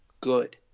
good